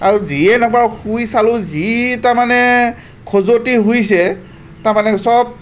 আৰু যিয়ে শুই চালো যিয়ে তাৰমানে খজুৱতি হৈছে তাৰমানে চব